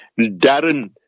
Darren